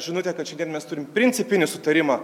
žinutė kad šiandien mes turim principinį sutarimą